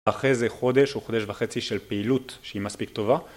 אחרי איזה חודש או חודש וחצי של פעילות שהיא מספיק טובה